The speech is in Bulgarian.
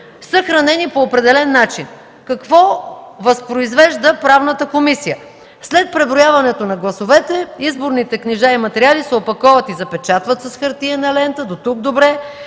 съхранени по определен начин? Какво възпроизвежда Правната комисия? След преброяването на гласовете изборните книжа и материали се опаковат и запечатват с хартиена лента. (До тук добре).